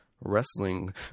wrestling